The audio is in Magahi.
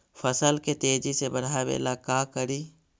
फसल के तेजी से बढ़ाबे ला का करि?